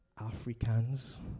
Africans